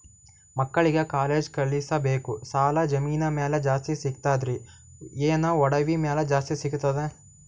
ಮಕ್ಕಳಿಗ ಕಾಲೇಜ್ ಕಳಸಬೇಕು, ಸಾಲ ಜಮೀನ ಮ್ಯಾಲ ಜಾಸ್ತಿ ಸಿಗ್ತದ್ರಿ, ಏನ ಒಡವಿ ಮ್ಯಾಲ ಜಾಸ್ತಿ ಸಿಗತದ?